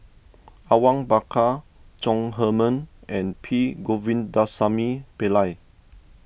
Awang Bakar Chong Heman and P Govindasamy Pillai